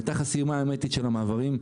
הייתה חסימה הרמטית של המעברים,